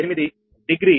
8 degree